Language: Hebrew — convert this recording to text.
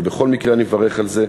ובכל מקרה אני מברך על זה.